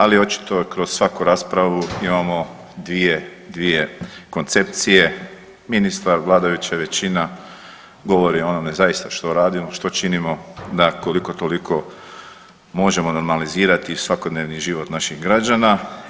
Ali očito kroz svaku raspravu imamo dvije koncepcije – ministar, vladajuća većina govori o onome zaista što radimo, što činimo da koliko toliko možemo normalizirati svakodnevni život naših građana.